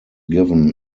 given